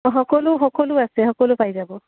অঁ সকলো সকলো আছে সকলো পাই যাব